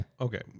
Okay